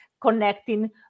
connecting